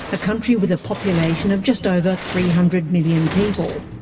a country with a population of just over three hundred million people.